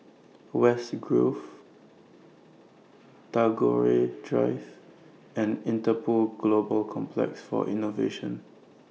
West Grove Tagore Drive and Interpol Global Complex For Innovation